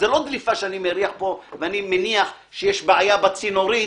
זה לא דליפה שאני מריח פה ואני מניח שיש בעיה בצינורית,